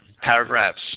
Paragraphs